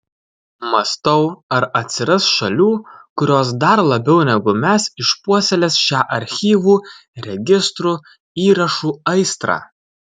mąstau ar atsiras šalių kurios dar labiau negu mes išpuoselės šią archyvų registrų įrašų aistrą